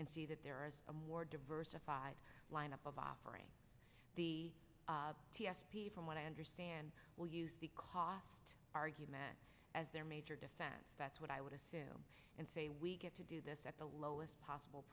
and see that there is a more diversified lineup of operating the d s p from what i understand will use the cost argument as their major defense that's what i would assume and say we get to do this at the lowest possible